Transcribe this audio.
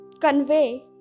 convey